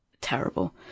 terrible